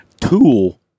tool